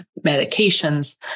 medications